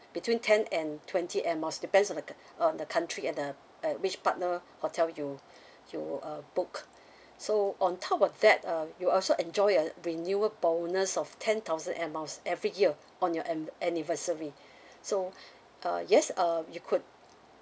between ten and twenty air miles depends on the coun~ uh the country and the uh which partnered hotel you you uh book so on top of that um you also enjoy a renewed bonus of ten thousand air miles every year on your an~ anniversary so uh yes uh you could